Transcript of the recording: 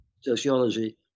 sociology